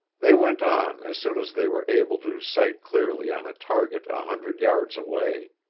they went on as soon as they were able to sight clearly on a target a hundred yards away.